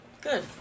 Good